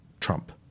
Trump